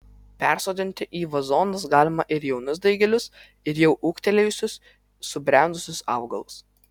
persodinti į vazonus galima ir jaunus daigelius ir jau ūgtelėjusius subrendusius augalus